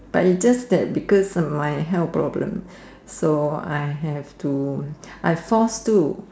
but it's just that because my health problem so I have to I forced to